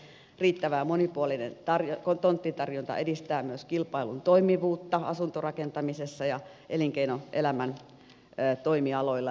riittävä ja monipuolinen tonttitarjonta edistää myös kilpailun toimivuutta asuntorakentamisessa ja elinkeinoelämän toimialoilla